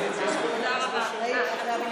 להתייחס.